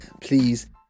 please